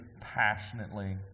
passionately